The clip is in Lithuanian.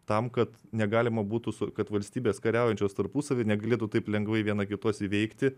tam kad negalima būtų su kad valstybės kariaujančios tarpusavy negalėtų taip lengvai viena kitos įveikti